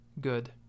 good